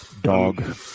Dog